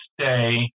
stay